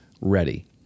ready